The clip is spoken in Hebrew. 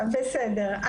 בסדר,